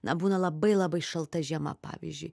na būna labai labai šalta žiema pavyzdžiui